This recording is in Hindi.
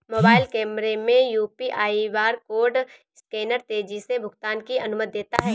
मोबाइल कैमरे में यू.पी.आई बारकोड स्कैनर तेजी से भुगतान की अनुमति देता है